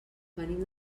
venim